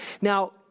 Now